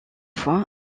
fois